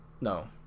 no